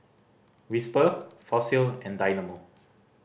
Whisper Fossil and Dynamo